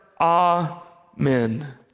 Amen